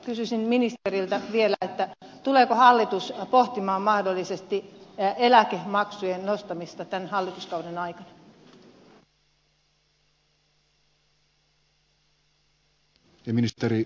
kysyisin ministeriltä vielä tuleeko hallitus pohtimaan mahdollisesti eläkemaksujen nostamista tämän hallituskauden aikana